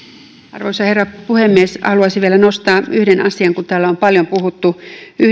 arvoisa herra puhemies haluaisin vielä nostaa yhden asian täällä on paljon puhuttu